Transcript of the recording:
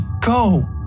go